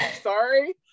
sorry